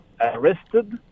arrested